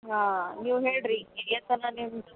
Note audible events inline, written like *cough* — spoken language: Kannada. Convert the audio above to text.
ಹಾಂ ನೀವು ಹೇಳ್ರಿ *unintelligible*